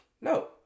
No